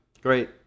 Great